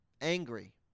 angry